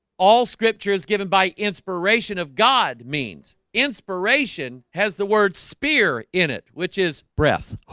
all scripture is given by inspiration of god means inspiration has the word spear in it, which is breath